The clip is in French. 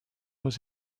aux